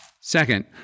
Second